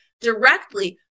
directly